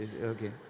Okay